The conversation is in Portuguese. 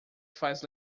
faz